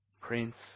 Prince